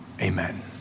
Amen